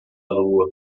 lua